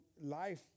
life